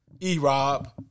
E-Rob